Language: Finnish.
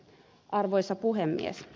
arvoisa puhemies